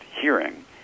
hearing